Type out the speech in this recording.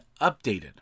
updated